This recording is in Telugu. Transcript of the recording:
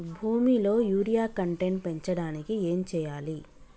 భూమిలో యూరియా కంటెంట్ పెంచడానికి ఏం చేయాలి?